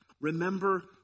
Remember